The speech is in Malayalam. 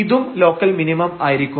ഇതും ലോക്കൽ മിനിമം ആയിരിക്കും